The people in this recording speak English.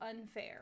unfair